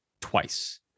twice